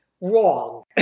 wrong